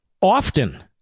Often